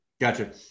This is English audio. Gotcha